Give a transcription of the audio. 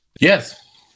Yes